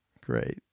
great